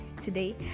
Today